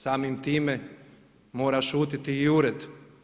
Samim time, mora šutjeti i ured.